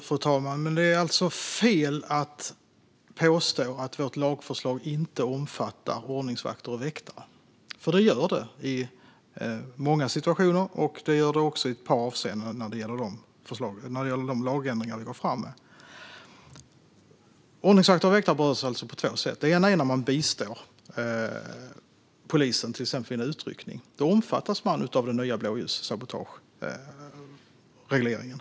Fru talman! Det är fel att påstå att vårt lagförslag inte omfattar ordningsvakter och väktare. Det gör det i många situationer, också i ett par avseenden när det gäller de lagändringar som vi går fram med. Ordningsvakter och väktare berörs på två sätt. Det ena är när man bistår polisen, till exempel vid en utryckning. Då omfattas man av den nya blåljussabotageregleringen.